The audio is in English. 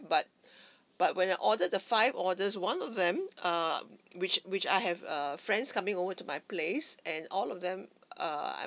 but but when I ordered the five orders one of them err which which I have err friends coming over to my place and all of them err